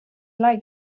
like